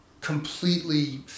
completely